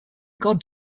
god